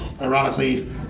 ironically